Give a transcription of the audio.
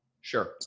Sure